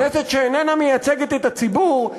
כנסת שאיננה מייצגת את הציבור,